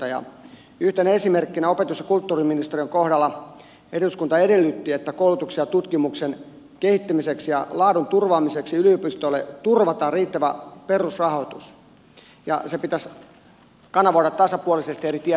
yhtenä esimerkkinä opetus ja kulttuuriministeriön kohdalla eduskunta edellytti että koulutuksen ja tutkimuksen kehittämiseksi ja laadun turvaamiseksi yliopistoille turvataan riittävä perusrahoitus ja se pitäisi kanavoida tasapuolisesti eri tieteenaloille